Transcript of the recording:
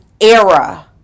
era